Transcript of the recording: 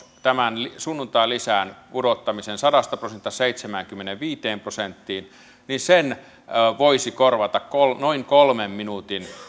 tämän sunnuntailisän pudottamisen sadasta prosentista seitsemäänkymmeneenviiteen prosenttiin voisi korvata noin kolmen minuutin